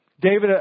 David